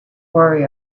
worry